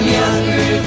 younger